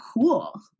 cool